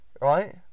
right